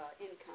income